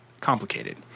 complicated